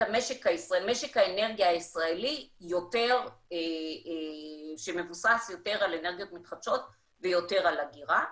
משק האנרגיה הישראלי מבוסס יותר על אנרגיות מתחדשות ויותר על אגירה.